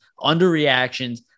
underreactions